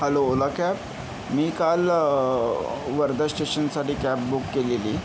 hello Ola cab मी काल वर्धा स्टेशनसाठी कॅब बुक केलेली